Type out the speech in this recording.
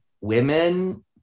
women